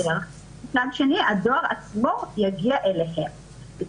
מצד שני, הדואר עצמו יגיע אליהם.